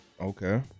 okay